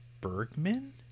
bergman